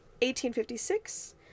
1856